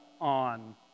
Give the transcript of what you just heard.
on